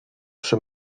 przy